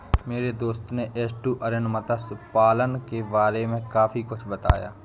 मेरे दोस्त ने एस्टुअरीन मत्स्य पालन के बारे में काफी कुछ बताया